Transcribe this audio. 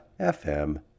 FM